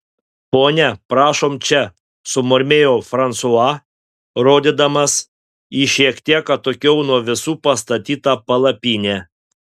ponia prašom čia sumurmėjo fransua rodydamas į šiek tiek atokiau nuo visų pastatytą palapinę